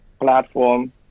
platform